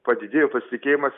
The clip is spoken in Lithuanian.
padidėjo pasitikėjimas